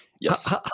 Yes